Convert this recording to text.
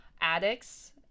Addicts